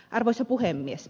arvoisa puhemies